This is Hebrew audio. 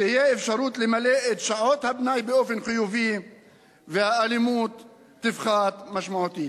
תהיה אפשרות למלא את שעות הפנאי באופן חיובי והאלימות תפחת משמעותית.